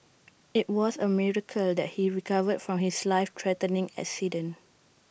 IT was A miracle that he recovered from his life threatening accident